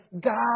God